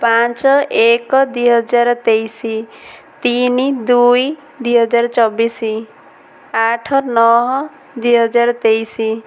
ପାଞ୍ଚ ଏକ ଦୁଇହଜାର ତେଇଶ ତିନି ଦୁଇ ଦୁଇହଜାର ଚବିଶ ଆଠ ନଅ ଦୁଇହଜାର ତେଇଶ